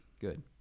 Good